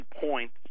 points